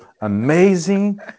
amazing